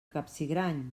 capsigrany